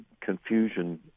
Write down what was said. confusion